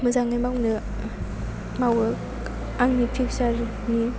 मोजाङै मावो आंनि फिउचार नि